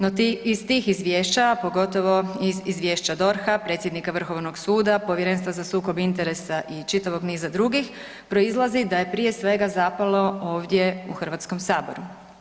No, iz tih izvješća, pogotovo iz izvješća DORH-a, predsjednika Vrhovnog suda, Povjerenstva za sukob interesa i čitavog niza drugih proizlazi da je prije svega zapelo ovdje u Hrvatskom saboru.